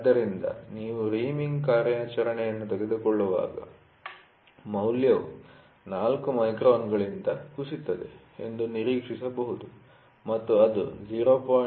ಆದ್ದರಿಂದ ನಾವು ರೀಮಿಂಗ್ ಕಾರ್ಯಾಚರಣೆಯನ್ನು ತೆಗೆದುಕೊಳ್ಳುವಾಗ ಮೌಲ್ಯವು 4 ಮೈಕ್ರಾನ್ಗಳಿಂದ ಕುಸಿಯುತ್ತದೆ ಎಂದು ನಿರೀಕ್ಷಿಸಬಹುದು ಮತ್ತು ಅದು 0